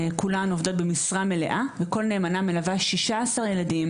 כולן עובדות במשרה מלאה וכל נאמנה מלווה 16 ילדים